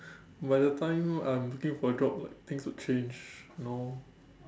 by the time I'm looking for a job like things would change no